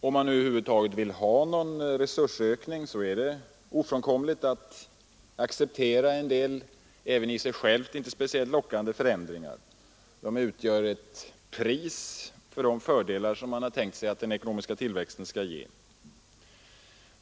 Om man över huvud taget vill ha någon resursökning, är det ofrånkomligt att acceptera även en del i sig själva inte speciellt lockande förändringar. De utgör ett pris för de fördelar som man har tänkt sig att den ekonomiska tillväxten skall ge.